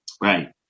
Right